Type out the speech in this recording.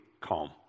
calm